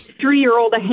three-year-old